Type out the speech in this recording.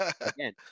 Again